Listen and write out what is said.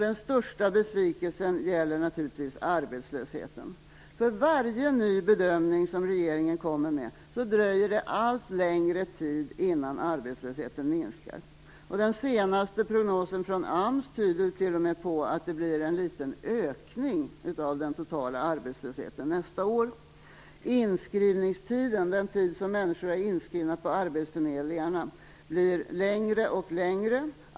Den största besvikelsen gäller naturligtvis arbetslösheten. För varje ny bedömning som regeringen kommer med dröjer det allt längre innan arbetslösheten minskar. Den senaste prognosen från AMS tyder t.o.m. på att det blir en liten ökning av den totala arbetslösheten nästa år. Inskrivningstiden, den tid som människor är inskrivna på arbetsförmedlingarna, blir längre och längre.